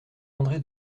andré